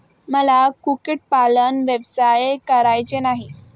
मला कुक्कुटपालन व्यवसाय करायचा नाही